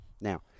Now